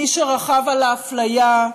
מי שרכב על האפליה,